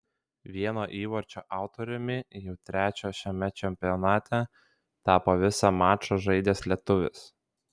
vieno įvarčio autoriumi jau trečio šiame čempionate tapo visą mačą žaidęs lietuvis